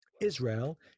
Israel